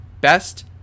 best